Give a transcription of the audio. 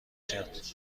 کرد